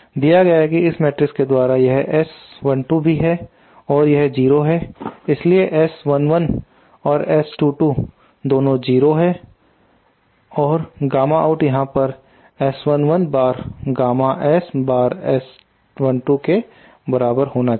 दिया गया है इस मैट्रिक्स के द्वारा यह S12 भी है और यह 0 है इसलिए S11 और S22 दोनों 0 है और गामा आउट यहां पर S21 bar gamma S bar S12 के बराबर होना चाहिए